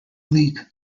league